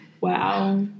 Wow